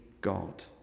God